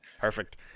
Perfect